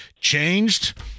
changed